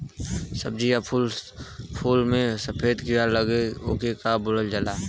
सब्ज़ी या फुल में सफेद कीड़ा लगेला ओके का बोलल जाला?